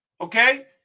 Okay